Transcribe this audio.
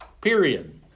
Period